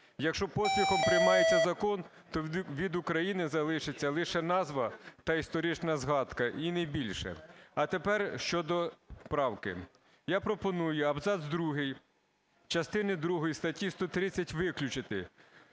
Якщо поспіхом приймається закон, то від України залишиться лише назва та історична згадка – і не більше". А тепер щодо правки. Я пропоную абзац другий частини другої статті 130 виключити